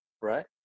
right